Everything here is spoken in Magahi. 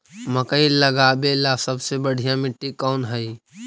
मकई लगावेला सबसे बढ़िया मिट्टी कौन हैइ?